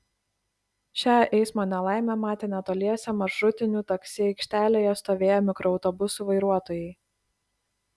šią eismo nelaimę matė netoliese maršrutinių taksi aikštelėje stovėję mikroautobusų vairuotojai